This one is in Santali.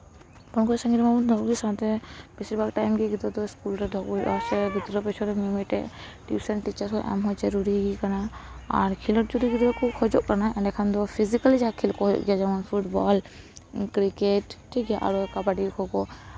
ᱯᱷᱳᱱ ᱠᱷᱚᱱ ᱥᱟᱺᱜᱤᱧ ᱨᱮᱢᱟᱵᱚᱱ ᱫᱚᱦᱚ ᱠᱚᱜᱮ ᱥᱟᱶᱛᱮ ᱵᱮᱥᱤᱨ ᱵᱷᱟᱜᱽ ᱴᱟᱭᱤᱢ ᱜᱮ ᱜᱤᱫᱽᱨᱟᱹ ᱫᱚ ᱥᱠᱩᱞ ᱨᱮ ᱫᱚᱦᱚ ᱠᱚ ᱦᱩᱭᱩᱜᱼᱟ ᱥᱮ ᱜᱤᱫᱽᱨᱟᱹ ᱯᱮᱪᱷᱚᱱ ᱨᱮ ᱢᱤᱼᱢᱤᱫᱴᱮᱱ ᱴᱤᱭᱩᱥᱚᱱ ᱴᱤᱪᱟᱨ ᱦᱚᱸ ᱮᱢᱦᱚᱸ ᱡᱚᱨᱩᱨᱤ ᱜᱮ ᱠᱟᱱᱟ ᱟᱨ ᱠᱷᱮᱞᱳᱰ ᱡᱩᱫᱤ ᱜᱤᱫᱽᱨᱟᱹ ᱠᱚ ᱠᱷᱚᱡᱚᱜ ᱠᱟᱱᱟ ᱮᱸᱰᱮᱠᱷᱟᱱ ᱫᱚ ᱯᱷᱤᱡᱤᱠᱮᱞ ᱡᱟᱦᱟᱸ ᱠᱷᱮᱹᱞ ᱠᱚ ᱦᱩᱭᱩᱜ ᱜᱮᱭᱟ ᱡᱮᱢᱚᱱ ᱯᱷᱩᱴᱵᱚᱞ ᱠᱨᱤᱠᱮᱹᱴ ᱴᱷᱤᱠᱜᱮᱭᱟ ᱟᱨᱚ ᱠᱟᱵᱟᱰᱤ ᱠᱷᱳᱠᱳ